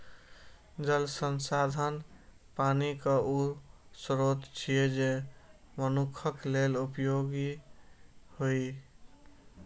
जल संसाधन पानिक ऊ स्रोत छियै, जे मनुक्ख लेल उपयोगी होइ